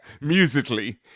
musically